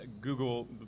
Google